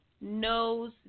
knows